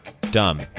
dumb